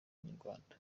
inyarwanda